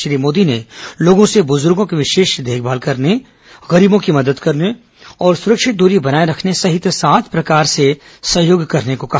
श्री मोदी ने लोगों से बुजुर्गों की विशेष देखभाल करने गरीबों की मदद करने और सुरक्षित दूरी बनाये रखने सहित सात प्रकार से सहयोग करने को कहा